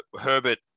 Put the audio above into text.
Herbert